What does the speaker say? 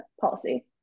policy